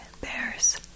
bears